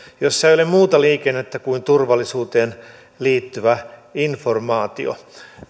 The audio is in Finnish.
jossa ei ole muuta liikennettä kuin turvallisuuteen liittyvää informaatiota